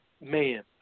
man